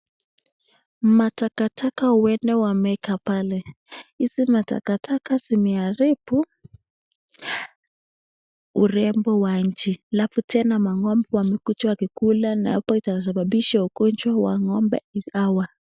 Matakataka huenda wameeka pale. Hizi matakataka zimeharibu urembo wa nchi halafu tena mang'ombe wamekuja wakikula na hapo itasababisha ugonjwa wa ng'ombe hawa.